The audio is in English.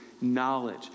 knowledge